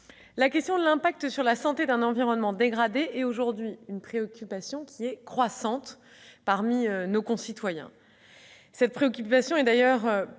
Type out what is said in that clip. La question de l'impact sur la santé d'un environnement dégradé est une préoccupation croissante parmi nos concitoyens.